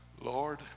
Lord